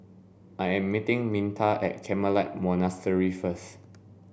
I am meeting Minta at Carmelite Monastery first